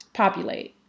populate